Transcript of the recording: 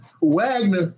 Wagner